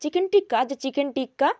chicken tikka আচ্ছা chicken টিক্কা